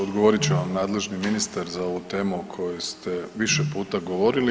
Odgovorit će vam nadležni ministar za ovu temu o kojoj ste više puta govorili.